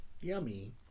yummy